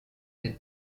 den